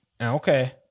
Okay